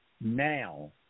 now